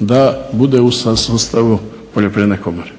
da bude u …/Ne razumije se./… sustavu Poljoprivredne komore.